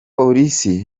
polisi